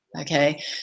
Okay